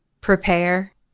prepare